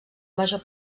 major